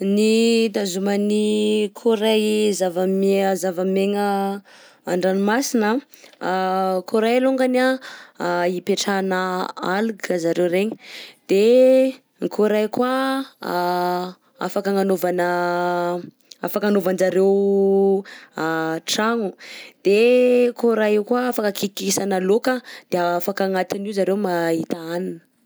Ny hitazoman'ny coraille zava-mi- zava-miaigna an-dranomasina, coraille alongany ipetrahanà algue zareo regny, de ny coraille koa anh afaka agnanovana afaka anovan-jareo tragno de coraille koa afaka kikisana laoka de afaka agnatin'io zareo mahita hanina.